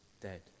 dead